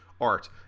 Art